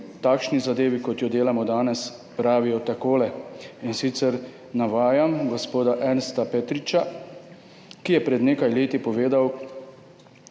takšni zadevi, kot jo delamo danes, pravijo takole. Navajam gospoda Ernesta Petriča, ki je pred nekaj leti povedal,